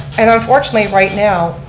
and unfortunately right now,